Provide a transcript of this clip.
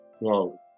Wow